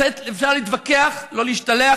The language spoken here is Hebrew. אפשר להתווכח, לא להשתלח.